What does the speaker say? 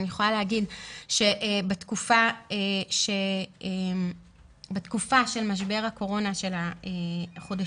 אני יכולה להגיד שבתקופה של משבר הקורונה של החודשים